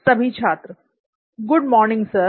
सभी छात्र good morning sir